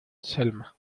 selma